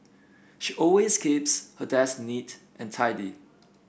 she always keeps her desk neat and tidy